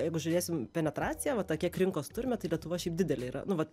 jeigu žiūrėsim penetraciją va tą kiek rinkos turime tai lietuva šiaip didelė yra nu vat